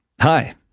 hi